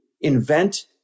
invent